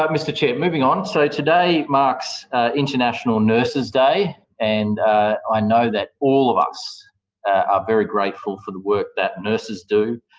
um mr chair. moving on, so today marks international nurses day. and i know that all of us are very grateful for the work that nurses do,